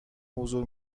حضور